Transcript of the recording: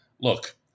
Look